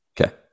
Okay